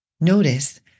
Notice